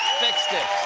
fixed it.